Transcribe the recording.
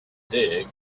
dig